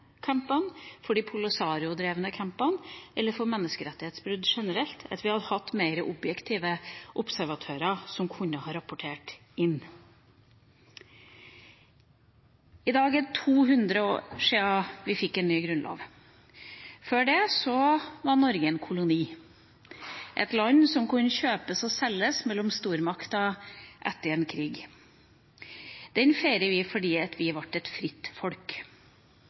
for de Polisario-drevne leirene – eller for menneskerettighetsbrudd generelt – at vi hadde hatt mer objektive observatører som kunne ha rapportert inn. I år er det 200 år sida vi fikk en ny grunnlov. Før det var Norge en koloni, et land som kunne kjøpes og selges mellom stormakter etter en krig. Den feirer vi fordi vi ble et fritt folk.